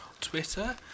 Twitter